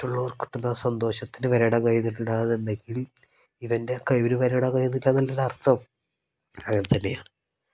മറ്റുള്ളവർ കിട്ടുന്ന സന്തോഷത്തിന് വില ഇടാൻ കഴിയുന്നില്ല എന്നുണ്ടെങ്കിൽ ഇവൻ്റെ കഴിവിനും വില ഇടാൻ കഴിയുന്നില്ല എന്നല്ലേ അർത്ഥം അങ്ങനെ തന്നെയാ